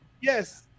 Yes